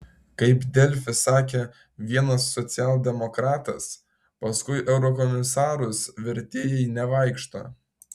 kaip delfi sakė vienas socialdemokratas paskui eurokomisarus vertėjai nevaikšto